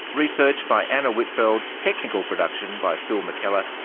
research by anna whitfeld, technical production by phil mckellar,